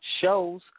shows